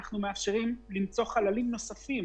אנחנו מאפשרים למצוא חללים נוספים